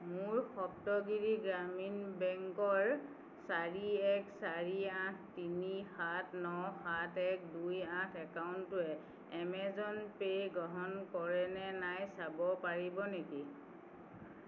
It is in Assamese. মোৰ সপ্তগিৰি গ্ৰামীণ বেংকৰ চাৰি এক চাৰি আঠ তিনি সাত ন সাত এক দুই আঠ একাউণ্টটোৱে এমেজন পে' গ্ৰহণ কৰে নে নাই চাব পাৰিব নেকি